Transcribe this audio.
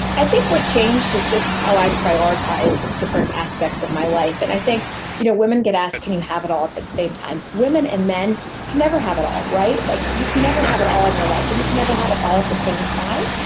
i think what changed is just how i prioritize different aspects of my life. and i think you know women get asked, can you have it all at the same time? women and men can never have it all like you can never have it all exactly. in your life. and you can never have it all at the same time.